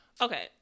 Okay